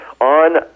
On